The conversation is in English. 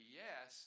yes